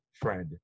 friend